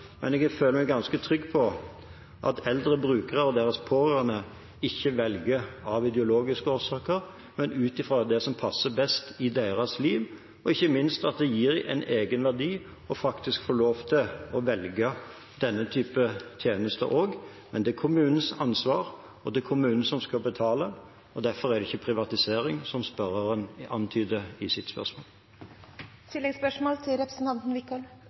men jeg føler meg ganske trygg på at eldre brukere og deres pårørende ikke velger av ideologiske årsaker, men ut fra det som passer best i deres liv, og ikke minst at det også gir en egen verdi å få lov til å velge denne type tjeneste. Men det er kommunens ansvar, og det er kommunen som skal betale. Derfor er det ikke privatisering, som spørreren antyder i sitt spørsmål.